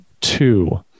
two